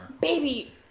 Baby